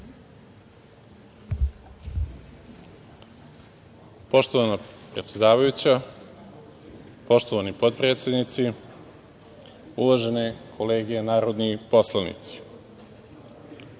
Poštovana predsedavajuća, poštovani potpredsednici, uvažene kolege narodni poslanici,